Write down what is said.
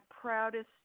proudest